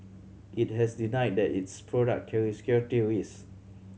it has denied that its product carry security risk